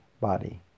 body